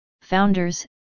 founders